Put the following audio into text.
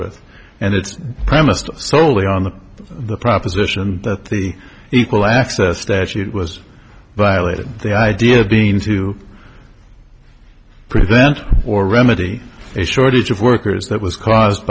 with and it's premised soley on the proposition that the equal access statute was violated the idea being to prevent or remedy a shortage of workers that was caused